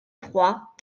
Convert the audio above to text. trois